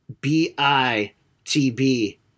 B-I-T-B